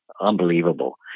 unbelievable